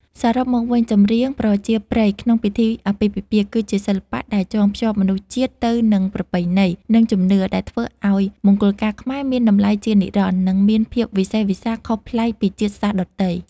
សរុបមកវិញ ចម្រៀងប្រជាប្រិយក្នុងពិធីអាពាហ៍ពិពាហ៍ គឺជាសិល្បៈដែលចងភ្ជាប់មនុស្សជាតិទៅនឹងប្រពៃណី និងជំនឿ ដែលធ្វើឱ្យមង្គលការខ្មែរមានតម្លៃជានិរន្តរ៍ និងមានភាពវិសេសវិសាលខុសប្លែកពីជាតិសាសន៍ដទៃ។